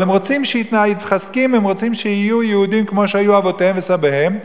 אבל הם מתחזקים ורוצים להיות יהודים כמו שהיו אבותיהם וסביהם.